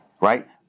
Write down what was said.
right